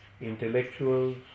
Intellectuals